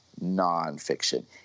nonfiction